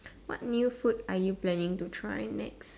what new food are you planning to try next